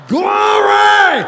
glory